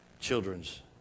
children's